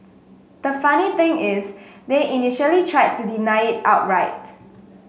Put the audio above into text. the funny thing is they initially tried to deny it outright